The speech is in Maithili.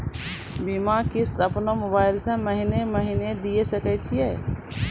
बीमा किस्त अपनो मोबाइल से महीने महीने दिए सकय छियै?